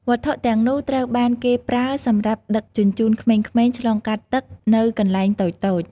វត្ថុទាំងនោះត្រូវបានគេប្រើសម្រាប់ដឹកជញ្ជូនក្មេងៗឆ្លងកាត់ទឹកនៅកន្លែងតូចៗ។